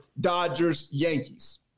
Dodgers-Yankees